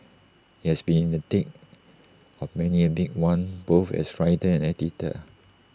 he has been in the thick of many A big one both as writer and editor